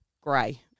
grey